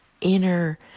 inner